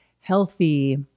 healthy